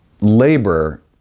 labor